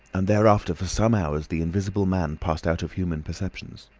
and thereafter for some hours the invisible man passed out of human perceptions.